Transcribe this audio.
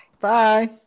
Bye